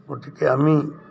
গতিকে আমি